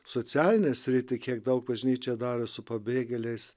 socialinę sritį kiek daug bažnyčia daro su pabėgėliais